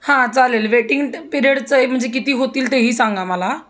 हां चालेल वेटिंग पिरियडचं आहे म्हणजे किती होतील तेही सांगा मला